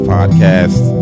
Podcast